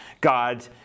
God